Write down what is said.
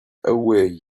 away